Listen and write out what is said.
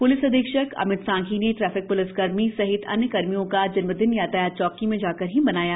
police अधीक्षक अमित सांघी ने traffic police कर्मी सहित अन्य कर्मियों का जन्मदिन यातायात चौकी में जाकर ही मनाया